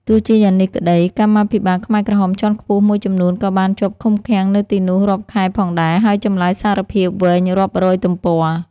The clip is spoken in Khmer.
ទោះជាយ៉ាងនេះក្តី កម្មាភិបាលខ្មែរក្រហមជាន់ខ្ពស់មួយចំនួនក៏បានជាប់ឃុំឃាំងនៅទីនោះរាប់ខែផងដែរ ហើយចម្លើយសារភាពវែងរាប់រយទំព័រ ។